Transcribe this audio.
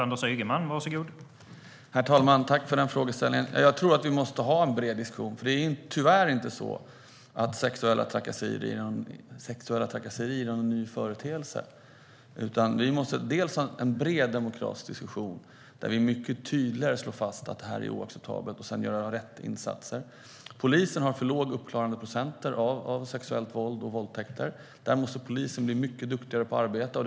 Herr talman! Tack för den frågan, Carina Ohlsson! Jag tror att vi måste föra en bred diskussion, för det är tyvärr inte så att sexuella trakasserier är någon ny företeelse. Vi måste föra en bred demokratisk diskussion där vi mycket tydligare slår fast att det här är oacceptabelt och sedan göra rätt insatser. Polisen har för låga uppklaringsprocent av sexuellt våld och våldtäkter. Där måste polisen bli mycket duktigare på att arbeta.